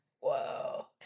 whoa